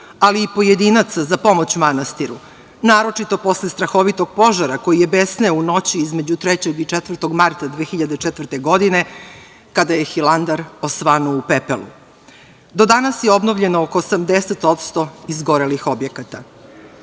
ali i pojedinaca za pomoć manastiru. Naročito posle strahovitog požara koji je besneo u noći između 3. i 4. marta 2004. godine, kada je Hilandar osvanuo u pepelu. Do danas je obnovljeno oko 80% izgorelih objekata. Najveći